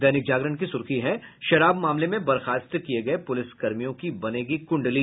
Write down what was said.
दैनिक जागरण की सुर्खी है शराब मामले में बर्खास्त किये गये पुलिसकर्मियों की बनेगी कुंडली